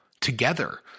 together